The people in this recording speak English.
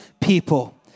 people